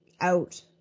out